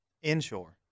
Inshore